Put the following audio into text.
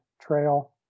trail